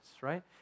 right